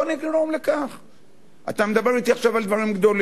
בוא נתחיל ביחסים בינינו לבין עזה בכך שנשמור על הרגיעה.